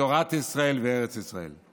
תורת ישראל וארץ ישראל.